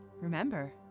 Remember